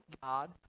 god